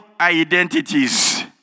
identities